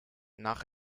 nach